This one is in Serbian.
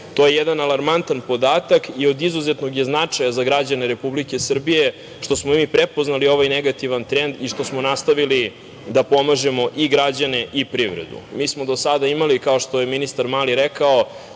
je jedan alarmantan podatak i od izuzetnog je značaja za građane Republike Srbije što smo mi prepoznali ovaj negativan trend i što smo nastavili da pomažemo i građane i privredu. Do sada smo imali, kao što je ministar Mali rekao,